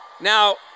Now